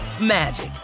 magic